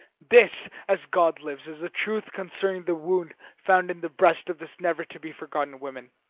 this, as god lives, is the truth concerning the wound found in the breast of this never-to-be-forgotten woman.